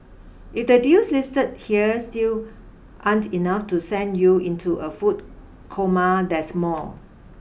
if the deals listed here still aren't enough to send you into a food coma there's more